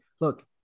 look